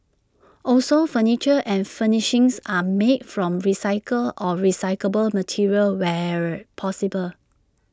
also furniture and furnishings are made from recycled or recyclable materials where possible